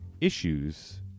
issues